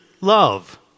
love